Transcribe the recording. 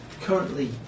Currently